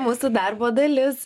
mūsų darbo dalis